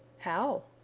how?